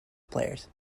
players